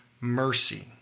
mercy